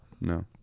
No